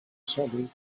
solid